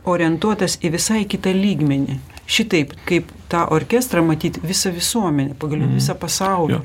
orientuotas į visai kitą lygmenį šitaip kaip tą orkestrą matyt visą visuomenę pagaliau visą pasaulį